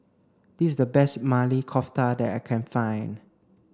this is the best Maili Kofta that I can find